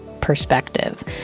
perspective